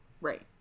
right